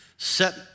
set